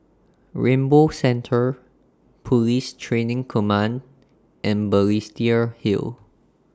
Rainbow Centre Police Training Command and Balestier Hill